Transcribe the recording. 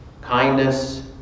kindness